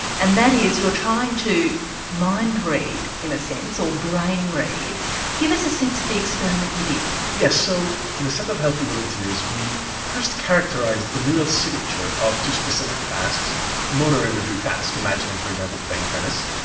and that is you're trying to mind-read in a sense, or brain-read give us a sense of the experiment you did. yes, so in a set of healthy volunteers we first characterised the neural signature of two specific tasks motor imagery task, imagining for example playing tennis,